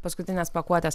paskutinės pakuotės